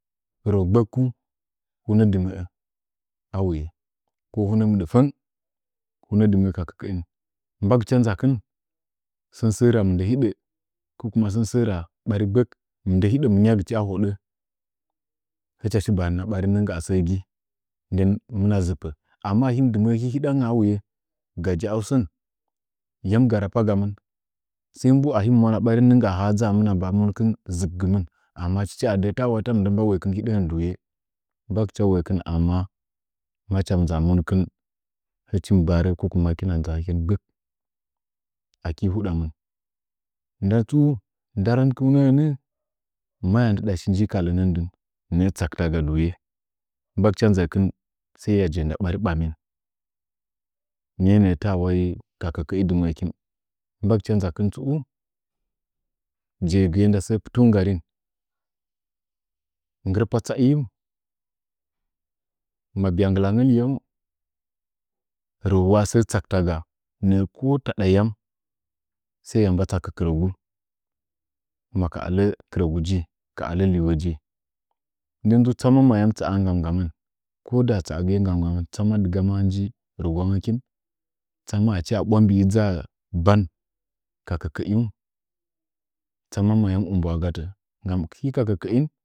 Rəu gbəkɨung muna dɨmə’ə a wuye ko hunə mɨdfəng huna dɨməə ka kəkəin mbagɨcha nʒakin sənsəə ra mɨndə hidə ko ɓari gbək, mɨndə hiɗə hidə ko ɓari gbək, mɨndə hidə nʒigɨcha hodə hɨcha shi barana ɓarin nɨnggaa səə gɨ ndən hamɨna ʒipə amma dim dɨnəə hɨdanga a gajau sən yam ga rapagamin sai mbu a him muwana ɓarin nɨnggaa haa dʒaa ʒipgɨmin amma a hin dɨməə hidanga awuye yam ga rapagamin, sai mbu ahim mwona ninggaa haa dʒaa ʒɨp gimin ama ta tada woɨkin hidəngən duye ah mbagɨcha waikɨn macha monkin hɨchin barə ko tsu hirchin nʒar hikin gbək aki tunda mɨn ndatsu nda rimkunəngən ni, maya ndɨda shi nji ndagu nəə tsakɨaga duuye mbagɨcha nʒakɨn sai ya je’e nda ɓari ɓamin miye nəə ta wai ka kəkəi dɨnəanəkin, jegɨye nda səə pɨtu nggarim nggɨrpa tsaiu, ma byonggɨ rangə nggɨlau rəu wa səə tsuk taga nəə wa ko toda yam sai ya mba tsakə kɨrəgu ma ka ələ kɨnəgu ji ka ələ liwo ji, tsama masə tsasa mɨn ngganuggamən koda tsaagɨye nggam nggmən tsama dɨgama nyi rigwangəkin tsama acho ɓwa mbii dʒaa ban ka kəkəin, tsama ma yam ɨmbwa gatə ngman ki ka kəkəin